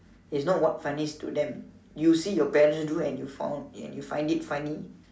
is not what funniest to them you see what your parents do and you found and you find it funny